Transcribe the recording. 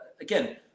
again